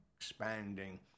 expanding